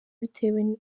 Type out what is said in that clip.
bitewe